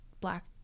black